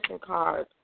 card